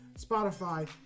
Spotify